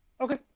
Okay